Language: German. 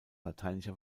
lateinischer